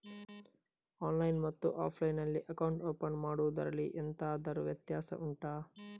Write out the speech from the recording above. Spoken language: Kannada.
ಆನ್ಲೈನ್ ಮತ್ತು ಆಫ್ಲೈನ್ ನಲ್ಲಿ ಅಕೌಂಟ್ ಓಪನ್ ಮಾಡುವುದರಲ್ಲಿ ಎಂತಾದರು ವ್ಯತ್ಯಾಸ ಉಂಟಾ